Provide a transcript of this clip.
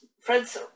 Friends